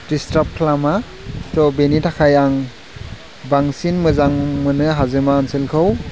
disturb खालामा स बिनि थाखाय आं बांसिन मोजां मोनो हाजोमा ओनसोलखौ